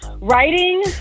writing